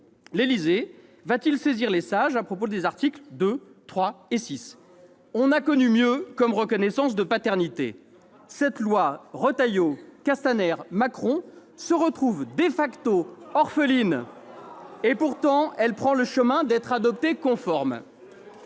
l'Élysée va-t-il saisir les Sages à propos des articles 2, 3 et 6 ... On a connu mieux comme reconnaissance de paternité ! Cette proposition de loi Retailleau-Castaner-Macron se retrouve orpheline. Et pourtant, elle prend le chemin d'une adoption conforme